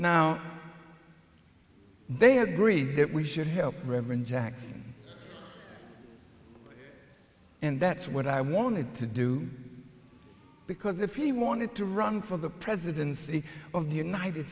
now they agree that we should help reverend jackson and that's what i wanted to do because if he wanted to run for the presidency of the united